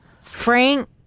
Frank